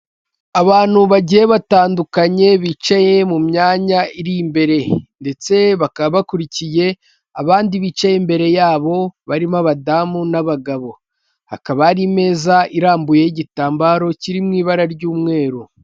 Abantu bagiye batandukanye bicaye mu myanya iri imbere, ndetse bakaba bakurikiye abandi bicaye imbere yabo barimo abadamu n'abagabo, hakaba hari meza irambuyeho igitambaro kiri mu ibara ry'umweru.